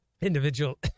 individual